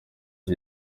iki